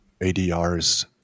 ADRs